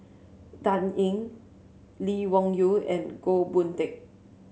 Dan Ying Lee Wung Yew and Goh Boon Teck